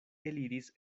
eliris